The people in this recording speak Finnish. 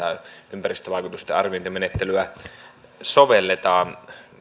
ympäristövaikutusten arviointimenettelyä sovelletaan